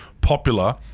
popular